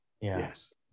yes